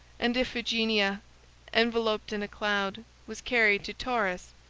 and iphigenia, enveloped in a cloud, was carried to tauris,